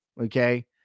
okay